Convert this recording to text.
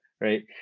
right